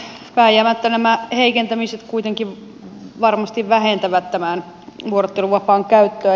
vääjäämättä nämä heikentämiset kuitenkin vähentävät tämän vuorotteluvapaan käyttöä